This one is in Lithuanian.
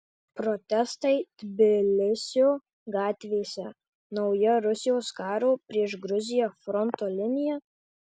protestai tbilisio gatvėse nauja rusijos karo prieš gruziją fronto linija